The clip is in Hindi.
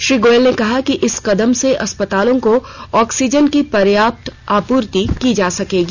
श्री गोयल ने कहा कि इस कदम से अस्पतालों को ऑक्सीजन की पर्याप्त आपूर्ति की जा सकेगी